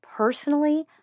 Personally